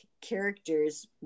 characters